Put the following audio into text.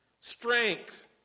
strength